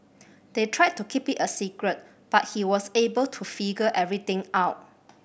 they tried to keep it a secret but he was able to figure everything out